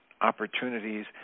opportunities